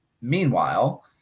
Meanwhile